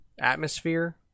atmosphere